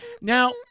Now